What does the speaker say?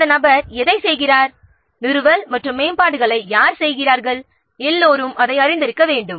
அந்த நபர் எதை செய்கிறார் நிறுவல் மற்றும் மேம்பாடுகளை யார் செய்கிறார்கள் எல்லோரும் அதை அறிந்திருக்க வேண்டும்